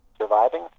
surviving